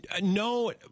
No